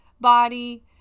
body